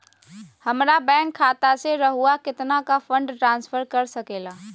हमरा बैंक खाता से रहुआ कितना का फंड ट्रांसफर कर सके ला?